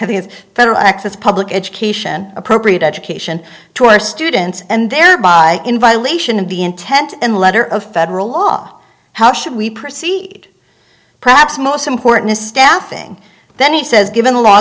the federal access public education appropriate education to our students and thereby in violation of the intent and letter of federal law how should we proceed perhaps most important is staffing that he says given the law